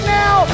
now